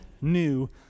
new